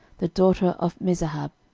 the daughter of mezahab.